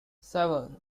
seven